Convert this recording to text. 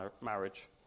marriage